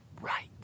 right